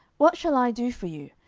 what shall i do for you?